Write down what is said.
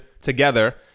together